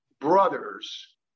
brothers